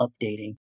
updating